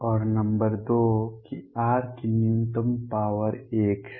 और नंबर दो कि r की न्यूनतम पॉवर 1 है